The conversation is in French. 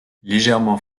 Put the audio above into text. légèrement